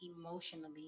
emotionally